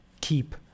keep